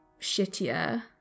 shittier